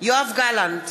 יואב גלנט,